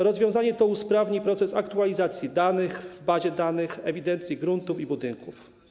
Rozwiązanie to usprawni proces aktualizacji danych w bazie danych, w ewidencji gruntów i budynków.